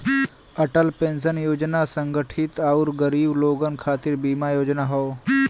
Atal pension योजना असंगठित आउर गरीब लोगन खातिर बीमा योजना हौ